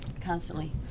constantly